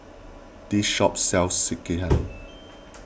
this shop sells Sekihan